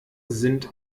sind